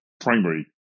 primary